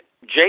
Jake